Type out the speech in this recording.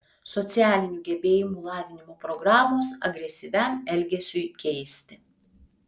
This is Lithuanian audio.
socialinių gebėjimų lavinimo programos agresyviam elgesiui keisti